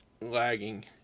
lagging